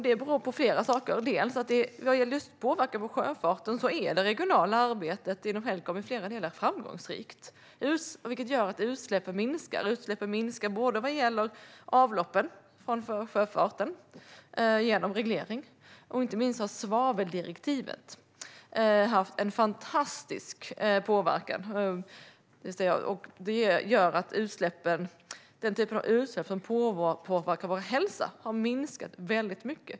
Det beror på flera saker. Vad gäller påverkan på sjöfarten är det regionala arbetet inom Helcom i flera delar framgångsrikt, vilket gör att utsläppen minskar. Utsläppen minskar både vad gäller avloppen från sjöfarten genom reglering och inte minst genom att svaveldirektivet har haft en fantastisk påverkan. Det gör att den typ av utsläpp som påverkar vår hälsa har minskat väldigt mycket.